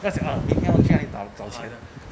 不要紧明天我帮你找钱